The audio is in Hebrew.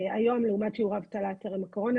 היום לעומת שיעור האבטלה טרם הקורונה.